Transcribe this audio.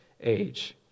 age